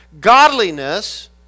Godliness